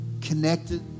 connected